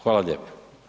Hvala lijepo.